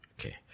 Okay